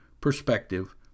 perspective